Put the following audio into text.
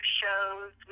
shows